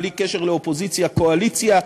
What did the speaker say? בלי קשר לאופוזיציה קואליציה,